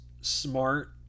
smart